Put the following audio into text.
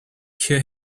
cure